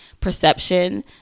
perception